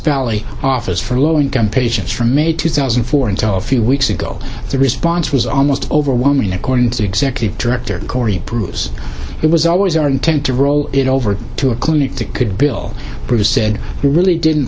valley office for low income patients from may two thousand and four until a few weeks ago the response was almost overwhelming according to the executive director korey kruse it was always our intent to roll it over to a clinic to could bill breaux said we really didn't